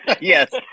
yes